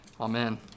Amen